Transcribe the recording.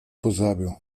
pozabil